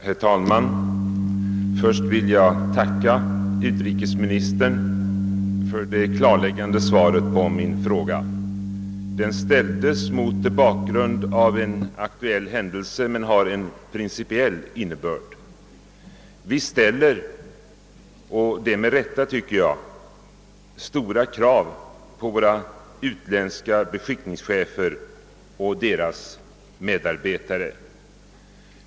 Herr talman! Först vill jag tacka utrikesministern för det klarläggande svaret på min fråga. Den framställdes mot bakgrunden av en aktuell händelse, men har en principiell innebörd. Vi ställer, med rätta, stora krav på cheferna för våra utländska beskickningar och deras medarbetare.